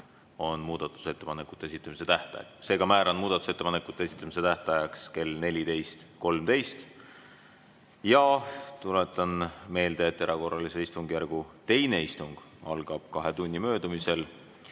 on muudatusettepanekute esitamise tähtaeg. Seega määran muudatusettepanekute esitamise tähtajaks kell 14.13. Tuletan meelde, et erakorralise istungjärgu teine istung algab kahe tunni möödumisel